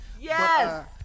Yes